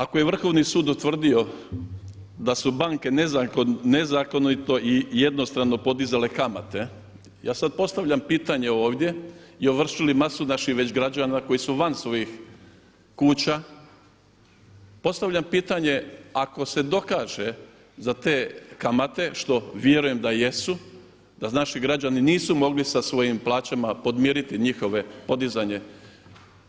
Ako je Vrhovni sud utvrdio da su banke nezakonito i jednostrano podizale kamate ja sad postavljam pitanje ovdje, i ovršili masu naših već građana koji su van svojih kuća, postavljam pitanje ako se dokaže za te kamate što vjerujem da jesu, da naši građani nisu mogli sa svojim plaćama podmiriti njihovo podizanje